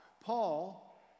Paul